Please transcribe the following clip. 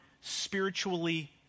spiritually